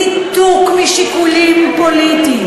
ניתוק משיקולים פוליטיים,